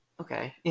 Okay